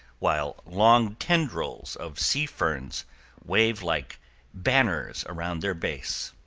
while long tendrils of sea ferns wave like banners around their base.